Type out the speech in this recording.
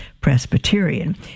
Presbyterian